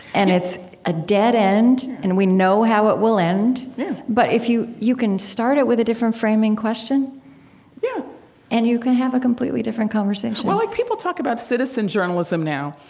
and it's a dead-end, and we know how it will end but if you you can start it with a different framing question yeah and you can have a completely different conversation well, like people talk about citizen journalism, now.